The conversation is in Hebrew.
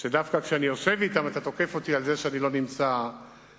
שדווקא כשאני יושב אתם אתה תוקף אותי על זה שאני לא נמצא בכנסת.